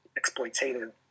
exploitative